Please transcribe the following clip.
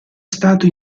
stato